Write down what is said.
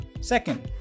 Second